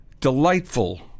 delightful